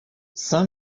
saint